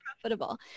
profitable